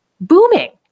booming